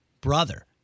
brother